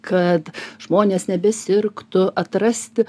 kad žmonės nebesirgtų atrasti